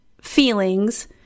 feelings